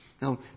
Now